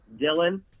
Dylan